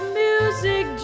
music